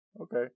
Okay